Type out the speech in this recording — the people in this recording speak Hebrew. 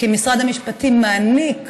שמשרד המשפטים מעניק